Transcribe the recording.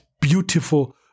beautiful